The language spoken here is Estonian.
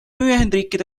ühendriikide